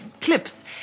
clips